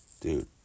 Dude